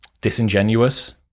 disingenuous